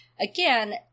again